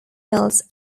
mills